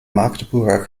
magdeburger